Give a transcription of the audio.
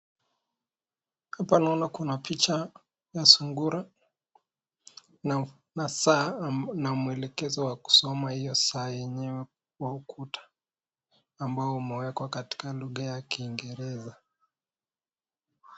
Hapa naona kuna picha ya sungura na saa na mwelekezo wa kusoma hiyo saa yenyewe kwa ukuta, ambao umewekwa katika lugha ya kiingereza.